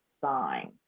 sign